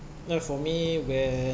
uh for me when